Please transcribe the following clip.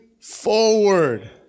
forward